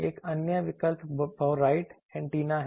एक अन्य विकल्प बोटाई एंटीना है